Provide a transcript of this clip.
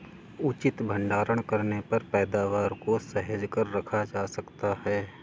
उचित भंडारण करने पर पैदावार को सहेज कर रखा जा सकता है